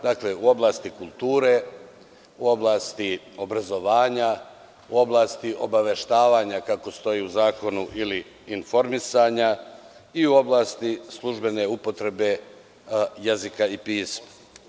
Dakle, u oblasti kulture, oblasti obrazovanja, oblasti obaveštavanja, kako stoji u zakonu, ili informisanja i u oblasti službene upotrebe jezika i pisma.